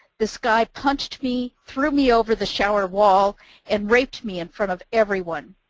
this guy. punched me, threw me over the shower wall and raped me in front of everyone,